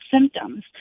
symptoms